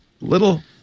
little